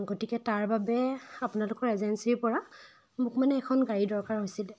গতিকে তাৰ বাবে আপোনালোকৰ এজেঞ্চিৰপৰা মোক মানে এখন গাড়ী দৰকাৰ হৈছিলে